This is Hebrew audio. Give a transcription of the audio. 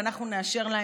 ואנחנו נאשר להם.